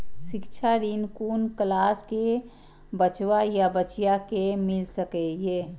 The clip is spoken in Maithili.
शिक्षा ऋण कुन क्लास कै बचवा या बचिया कै मिल सके यै?